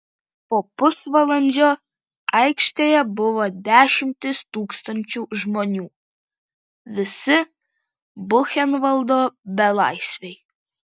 po pusvalandžio aikštėje buvo dešimtys tūkstančių žmonių visi buchenvaldo belaisviai